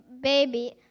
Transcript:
baby